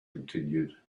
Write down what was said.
continued